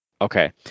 Okay